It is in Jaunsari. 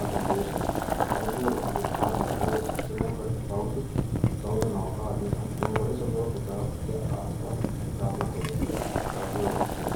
अ Saudi Arab के स्थापना Saud नाअ के आदमीए करे स्तरोसो पचास ई के आस पास करे।